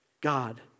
God